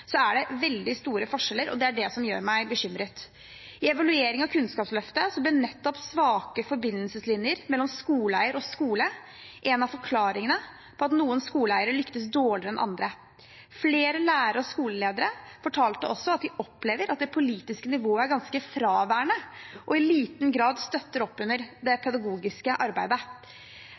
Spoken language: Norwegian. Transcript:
er det veldig store forskjeller – og det er det som gjør meg bekymret. I evalueringen av Kunnskapsløftet ble nettopp svake forbindelseslinjer mellom skoleeier og skole en av forklaringene på at noen skoleeiere lykkes dårligere enn andre. Flere lærere og skoleledere fortalte også at de opplever at det politiske nivået er ganske fraværende og i liten grad støtter opp under det pedagogiske arbeidet.